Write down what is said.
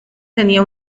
tenía